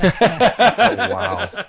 Wow